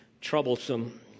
troublesome